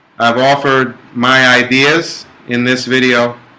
i've offered my ideas in this video.